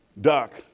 Doc